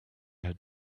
had